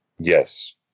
Yes